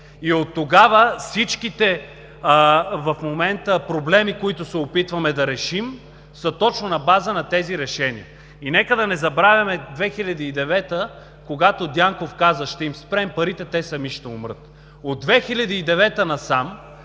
Оттогава всички проблеми, които се опитваме да решим в момента, са точно на база на тези решения. Нека да не забравяме 2009 г. когато Дянков каза: „Ще им спрем парите, те сами ще умрат“. От 2009 г. насам